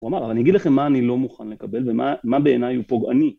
הוא אמר, אבל אני אגיד לכם מה אני לא מוכן לקבל ומה, מה בעיניי הוא פוגעני.